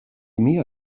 mia